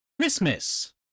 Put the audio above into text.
Christmas